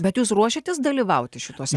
bet jūs ruošiatės dalyvauti šituose